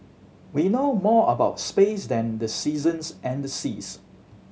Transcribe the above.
we know more about space than the seasons and the seas